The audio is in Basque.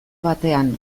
batean